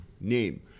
name